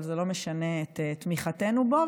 אבל זה לא משנה את תמיכתנו בו.